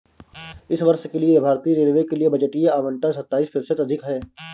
इस वर्ष के लिए भारतीय रेलवे के लिए बजटीय आवंटन सत्ताईस प्रतिशत अधिक है